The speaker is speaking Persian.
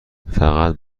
فقط